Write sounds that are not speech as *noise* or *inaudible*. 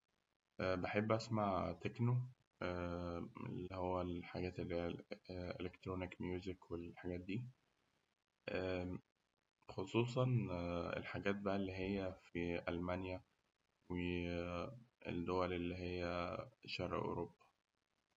بحب أسمع تكنو ال *hesitation* اللي هو الحاجات الإلكترونيك ميوزك والحاجات دي، خصوصاً *hesitation* الحاجات بقى اللي هي في ألمانيا و *hesitation* الدول اللي هي شرق أوروبا.